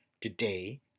Today